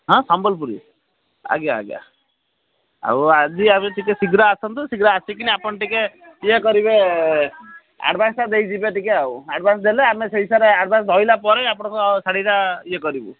ହଁ ସମ୍ବଲପୁରୀ ଆଜ୍ଞା ଆଜ୍ଞା ଆଉ ଆଜି ଆପଣ ଟିକେ ଶୀଘ୍ର ଆସନ୍ତୁ ଶୀଘ୍ର ଆସିକିନା ଆପଣ ଟିକେ ଇଏ କରିବେ ଆଡ଼ଭାନ୍ସଟା ଦେଇଯିବେ ଟିକେ ଆଉ ଆଡ଼ଭାନ୍ସ ଦେଲେ ଆମେ ସେ ହିସାବରେ ଆଡ଼ଭାନ୍ସ ରହିଲା ପରେ ଆପଣଙ୍କ ଶାଢ଼ୀଟା ଇଏ କରିବୁ